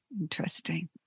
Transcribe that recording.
Interesting